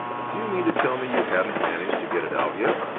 do you mean to tell me you hadn't managed to get it out yet?